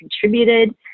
contributed